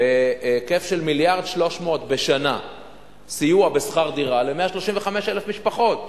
בהיקף של 1.3 מיליארד בשנה בשכר דירה ל-135,000 משפחות.